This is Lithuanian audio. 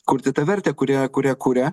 kurti tą vertę kurią kurią kuria